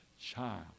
child